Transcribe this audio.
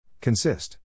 Consist